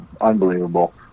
unbelievable